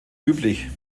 üblich